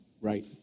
right